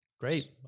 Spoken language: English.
Great